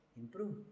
improve